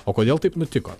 o kodėl taip nutiko